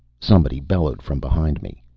somebody bellowed from behind me.